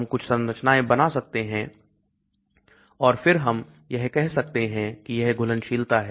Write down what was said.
हम कुछ संरचनाएं बना सकते हैं और फिर हम यह कह सकते हैं कि यह घुलनशीलता है